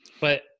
But-